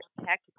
Tech